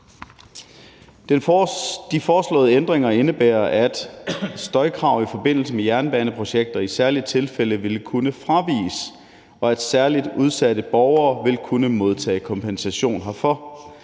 De foreslåede ændringer indebærer, at støjkrav i forbindelse med jernbaneprojekter i særlige tilfælde ville kunne fraviges, og at særlig udsatte borgere vil kunne modtage kompensation herfor.